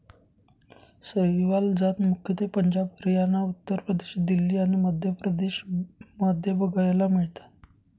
सहीवाल जात मुख्यत्वे पंजाब, हरियाणा, उत्तर प्रदेश, दिल्ली आणि मध्य प्रदेश मध्ये बघायला मिळतात